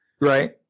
right